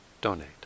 donate